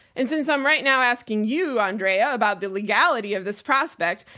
and since i'm right now asking you, andrea, about the legality of this prospect.